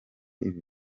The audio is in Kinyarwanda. ibi